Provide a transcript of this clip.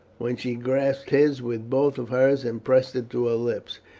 when she grasped his with both of hers and pressed it to her lips.